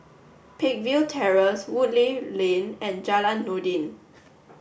Peakville Terrace Woodleigh Lane and Jalan Noordin